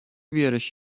بیارش